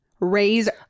Razor